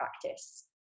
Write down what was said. practice